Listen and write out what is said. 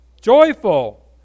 joyful